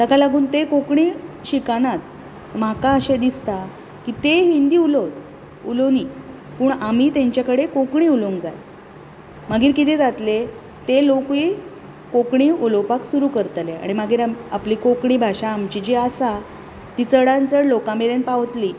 ताका लागून ते कोंकणी शिकनात म्हाका अशें दिसता की ते हिंदी उलोवं उलोवनी पूण आमी तांचे कडेन कोंकणी उलोवंक जाय मागीर कितें जातसें ते लोकूय कोंकणी उलोवपाक सुरू करतले आनी मागीर आम आपली कोंकणी भाशा आमची जी आसा ती चडांत चड लोकां मेरेन पावत्ली